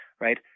right